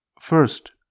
first